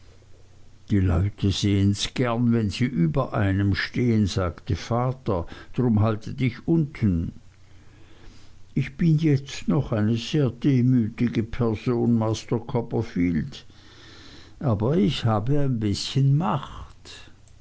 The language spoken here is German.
die leute sehens gern wenn sie über einem stehen sagte vater darum halte dich unten ich bin jetzt noch eine sehr demütige person master copperfield aber ich habe ein bißchen macht